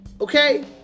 okay